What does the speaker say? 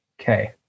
okay